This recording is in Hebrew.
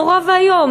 נורא ואיום,